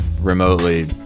remotely